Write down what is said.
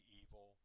evil